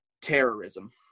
terrorism